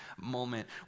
moment